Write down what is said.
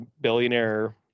billionaire